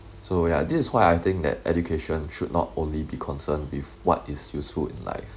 so yeah this is why I think that education should not only be concerned with what is useful in life